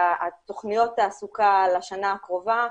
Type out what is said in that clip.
ותוכניות תעסוקה לשנה הקרובה,